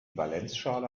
valenzschale